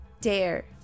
dare